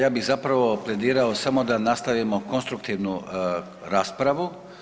Ja bih zapravo pledirao samo da nastavimo konstruktivnu raspravu.